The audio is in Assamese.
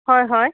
হয় হয়